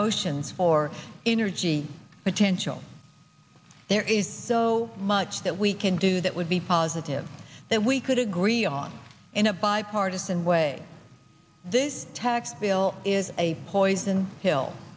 oceans for energy potential there is so much that we can do that would be positive that we could agree on in a bipartisan way this tax bill is a poison pill